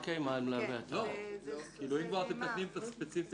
אמרתם שבעניין הספציפי